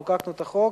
חוקקנו את החוק,